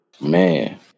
man